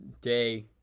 day